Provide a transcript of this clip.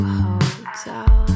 hotel